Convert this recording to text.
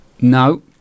No